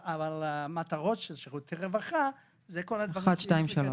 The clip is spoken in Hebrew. המטרות של שירותי רווחה הן כל הדברים,